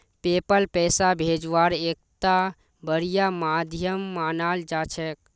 PayPal पैसा भेजवार एकता बढ़िया माध्यम मानाल जा छेक